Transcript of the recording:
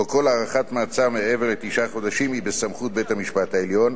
שבו כל הארכת מעצר מעבר לתשעה חודשים היא בסמכות בית-המשפט העליון,